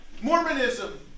Mormonism